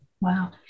Wow